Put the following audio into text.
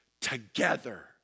together